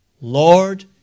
Lord